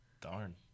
Darn